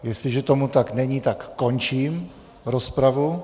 Jestliže tomu tak není, tak končím rozpravu.